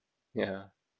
ya